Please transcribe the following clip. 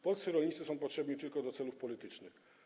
Polscy rolnicy są potrzebni tylko do celów politycznych.